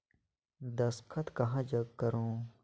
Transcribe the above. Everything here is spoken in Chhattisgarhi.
दस्खत कहा जग करो?